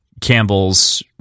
Campbell's